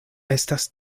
estas